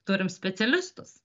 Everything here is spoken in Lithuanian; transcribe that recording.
turim specialistus